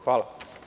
Hvala.